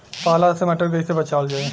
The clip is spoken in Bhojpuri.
पाला से मटर कईसे बचावल जाई?